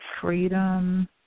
freedom